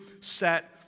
set